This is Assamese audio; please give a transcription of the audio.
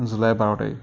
জুলাই বাৰ তাৰিখ